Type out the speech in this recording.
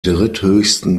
dritthöchsten